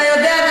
אתה יודע,